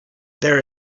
there